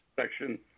section